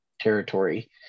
territory